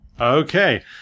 Okay